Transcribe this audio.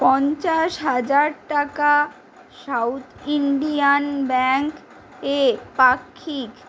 পঞ্চাশ হাজার টাকা সাউথ ইন্ডিয়ান ব্যাঙ্ক এ পাক্ষিক